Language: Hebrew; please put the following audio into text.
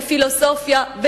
בפילוסופיה,